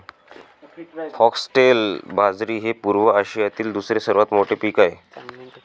foxtail बाजरी हे पूर्व आशियातील दुसरे सर्वात मोठे पीक आहे